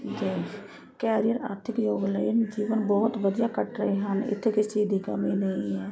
ਅਤੇ ਕੈਰੀਅਰ ਆਰਥਿਕ ਯੋਗ ਲਈ ਜੀਵਨ ਬਹੁਤ ਵਧੀਆ ਕੱਟ ਰਹੇ ਹਨ ਇੱਥੇ ਕਿਸੇ ਚੀਜ਼ ਦੀ ਕਮੀ ਨਹੀਂ ਹੈ